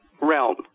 realm